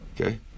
Okay